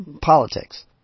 politics